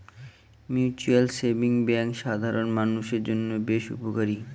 mutual savings bank সাধারন মানুষের জন্য বেশ উপকারী